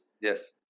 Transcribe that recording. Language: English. Yes